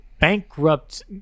bankrupt